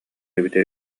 эбитэ